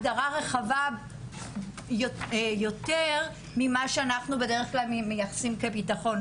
הגדרה רחבה יותר ממה שאנחנו בדרך כלל מייחסים כביטחון,